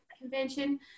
convention